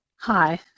Hi